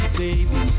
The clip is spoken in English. baby